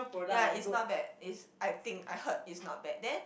ya is not bad is I think I heard is not bad then